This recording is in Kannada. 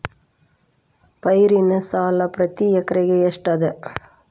ಪೈರಿನ ಸಾಲಾ ಪ್ರತಿ ಎಕರೆಗೆ ಎಷ್ಟ ಅದ?